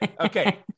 Okay